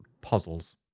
puzzles